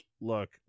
Look